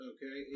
Okay